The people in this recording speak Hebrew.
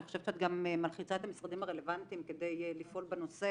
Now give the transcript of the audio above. חושבת שאת גם מלחיצה את המשרדים הרלוונטיים כדי לפעול בנושא.